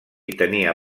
tenia